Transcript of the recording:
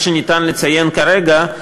מה שניתן לציין כרגע,